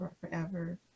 forever